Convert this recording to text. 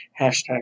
hashtag